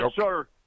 sir